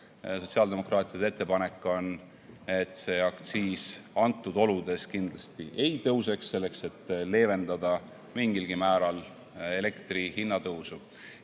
sotsiaaldemokraatide ettepanek on, et see aktsiis antud oludes kindlasti ei tõuseks, selleks et leevendada mingilgi määral elektri hinna tõusu.